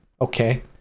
Okay